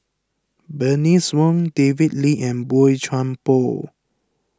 Bernice Wong David Lee and Boey Chuan Poh